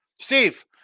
Steve